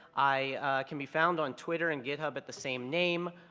i can be found on twitter and github at the same name,